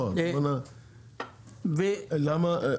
אבל איך זה בוצע?